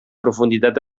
profunditat